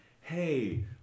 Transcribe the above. hey